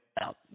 out